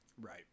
Right